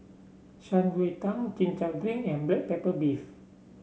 Shan Rui Tang Chin Chow Drink and Black Pepper Beef